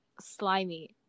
slimy